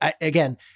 again